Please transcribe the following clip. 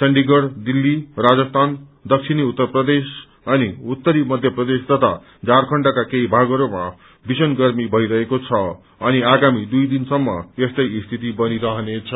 चण्डीगढ़ दिल्ली राजस्थान दक्षिणी उत्तर प्रदेश अनि उत्तरी मध्य प्रेदश तथा झारक्षण्डका केही भागहरूमा भीषण गर्मी भइरहेको छ अनि आगामी दुइ दिनसम्म यस्तै स्थिति बनिरहनेछ